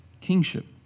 kingship